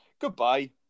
goodbye